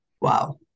Wow